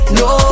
no